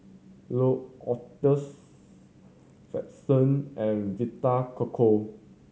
L'Occitane Frixion and Vita Coco